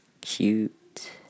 Cute